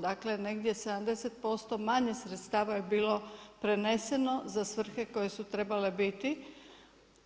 Dakle, negdje 70% manje sredstava je bilo preneseno za svrhe koje su trebale biti